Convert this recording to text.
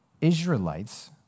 Israelites